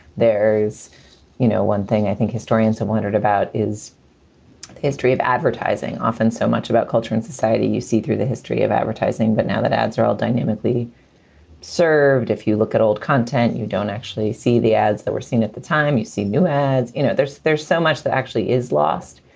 there is you know one thing i think historians have wondered about is the history of advertising often so much about culture and society you see through the history of advertising. but now that ads are all dynamically served, if you look at old content, you don't actually see the ads that we're seeing at the time. you see new ads. you know, there's there's so much that actually is lost,